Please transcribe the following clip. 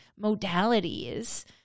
modalities